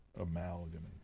Amalgamation